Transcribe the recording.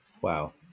Wow